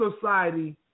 society